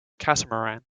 catamaran